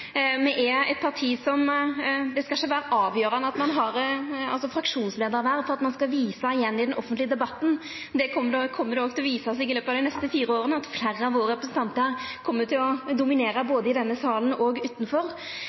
Me er eit parti der det ikkje skal vera avgjerande å ha eit fraksjonsleiarverv for å visa igjen i den offentlege debatten. Det kjem òg til å visa seg i løpet av dei neste fire åra at fleire av våre representantar kjem til å dominera både i denne salen og utanfor.